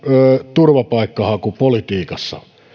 turvapaikanhakupolitiikassa